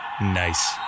Nice